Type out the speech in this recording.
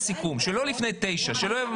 סיכום לא לפני 09:00. אוקיי.